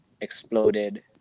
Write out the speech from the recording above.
exploded